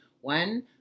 one